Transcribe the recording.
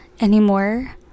anymore